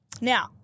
Now